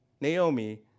Naomi